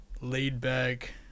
laid-back